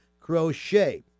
crochet